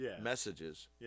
messages